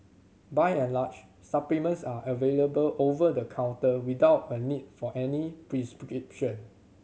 by and large supplements are available over the counter without a need for any prescription